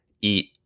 eat